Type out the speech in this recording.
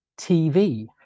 TV